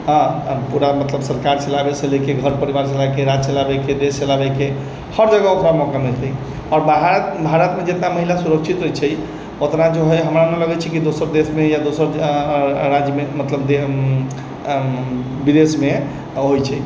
हँ पूरा मतलब सरकार चलाबैसँ लेके घर परिवार चलाबैके राज्य चलाबैके देश चलाबैके हर जगह ओकरा मौका मिलतै आओर बाहर भारतमे जितना महिला सुरक्षित छै उतना जो है हमरा नहि लगै छै दोसर देशमे या दोसर राज्यमे मतलब विदेशमे होइ छै